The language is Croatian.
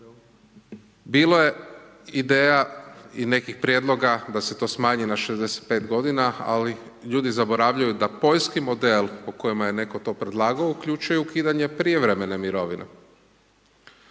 Bilo je ideja i nekih prijedloga da se to smanji na 65 godina, ali ljudi zaboravljaju da poljski model po kojima je to netko predlagao uključuje ukidanje prijevremene mirovine.